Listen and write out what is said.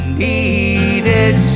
needed